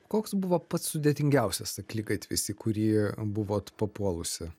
koks buvo pats sudėtingiausias akligatvis į kurį buvot papuolusi